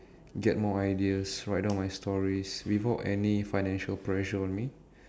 get more ideas write down my stories without any financial pressure on me